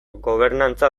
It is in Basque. gobernantza